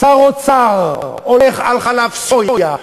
שר האוצר הולך על חלב סויה,